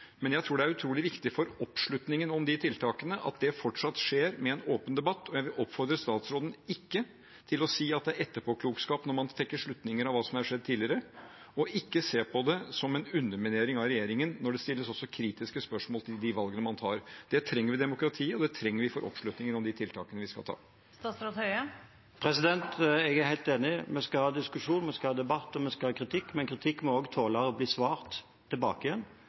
Men jeg tror det er utrolig viktig for oppslutningen om tiltakene at det fortsatt skjer med en åpen debatt, og jeg vil oppfordre statsråden til ikke å si at det er etterpåklokskap når man trekker slutninger av hva som har skjedd tidligere, og ikke se på det som en underminering av regjeringen når det også stilles kritiske spørsmål til de valgene man tar. Det trenger vi i demokratiet, og det trenger vi for oppslutningen om de tiltakene vi skal ha. Jeg er helt enig, vi skal ha diskusjon, vi skal ha debatt, og vi skal ha kritikk. Men kritikk må også tåle å bli svart tilbake